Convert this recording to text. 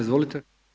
Izvolite.